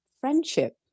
friendship